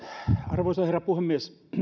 arvoisa herra puhemies